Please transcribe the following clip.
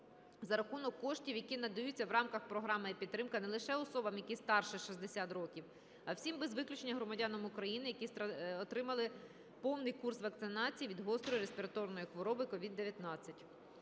за рахунок коштів, які надаються в рамках Програми "єПідтримка", не лише особам, які старше 60 років, а всім без виключення громадянам України, які отримали повний курс вакцинації від гострої респіраторної хвороби COVID-19.